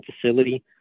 facility